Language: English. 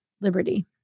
Liberty